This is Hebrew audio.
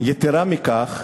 יתרה מכך,